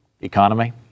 economy